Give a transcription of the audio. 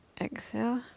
Exhale